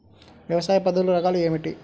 వ్యవసాయ పద్ధతులు రకాలు ఏమిటి?